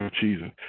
Jesus